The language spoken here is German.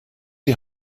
die